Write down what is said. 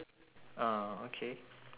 ah okay